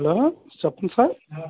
hello చెప్పండి sir